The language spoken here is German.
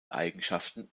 eigenschaften